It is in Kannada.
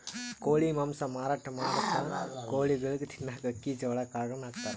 ಕೋಳಿ ಮಾಂಸ ಮಾರಾಟ್ ಮಾಡಂಥ ಕೋಳಿಗೊಳಿಗ್ ತಿನ್ನಕ್ಕ್ ಅಕ್ಕಿ ಜೋಳಾ ಕಾಳುಗಳನ್ನ ಹಾಕ್ತಾರ್